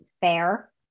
fair